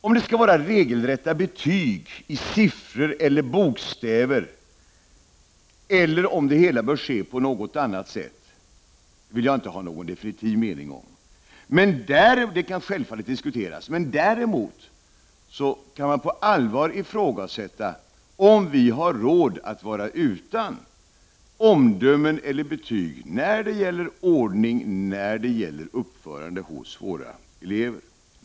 Om det skall vara regelrätta betyg i siffror eller bokstäver eller om det hela bör ske på något annat sätt, vill jag inte ha någon definitiv mening om — det skall självfallet diskuteras — men däremot kan man på allvar ifrågasätta om vi har råd att vara utan omdömen eller betyg när det gäller ordning och när det gäller uppförande hos våra elever.